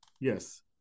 Yes